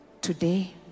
Today